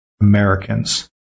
Americans